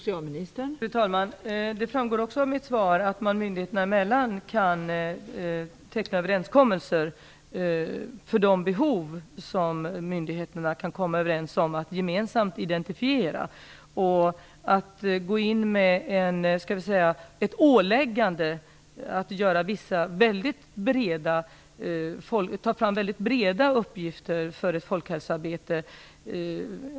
Fru talman! Det framgår också av mitt svar att myndigheterna mellan sig kan teckna överenskommelser för de behov som myndigheterna gemensamt kan identifiera. Det kan vara en risk förenad med ett åläggande att ta fram mycket breda uppgifter för ett folkhälsoarbete.